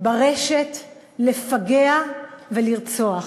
ברשת לפגע ולרצוח.